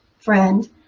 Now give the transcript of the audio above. friend